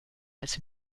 als